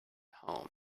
home